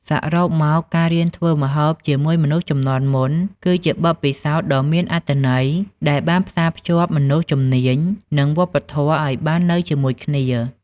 សរុបមក ការរៀនធ្វើម្ហូបជាមួយមនុស្សជំនាន់មុនគឺជាបទពិសោធន៍ដ៏មានអត្ថន័យដែលបានផ្សារភ្ជាប់មនុស្សជំនាញ និងវប្បធម៌ឱ្យបាននៅជាមួយគ្នា។